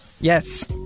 Yes